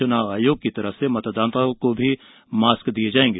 चुनाव आयोग की ओर से भी मतदाताओं को मास्क दिये जायेंगे